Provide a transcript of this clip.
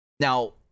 Now